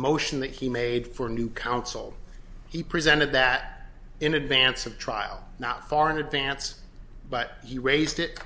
motion that he made for new counsel he presented that in advance of trial not far in advance but he raised it